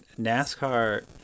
NASCAR